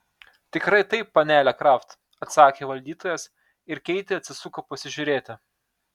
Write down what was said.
tikrai taip panele kraft atsakė valdytojas ir keitė atsisuko pasižiūrėti